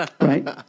Right